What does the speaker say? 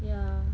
ya